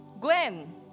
Gwen